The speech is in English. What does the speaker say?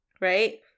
right